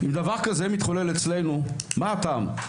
אם דבר כזה מתחולל אצלנו, מה הטעם?